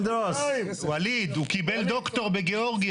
האם יש לזה בכלל צורך לאור ההסכמות